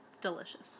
Delicious